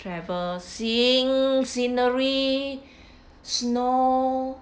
travel seeing scenery snow